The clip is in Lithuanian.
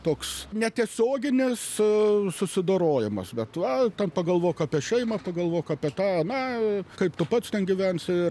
toks netiesioginis susidorojimas bet va ten pagalvok apie šeimą pagalvok apie ten apie tą aną kaip tu pats ten gyvensiu ir